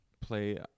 play